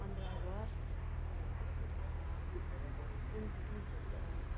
पन्ध्र अगस्त उन्तिस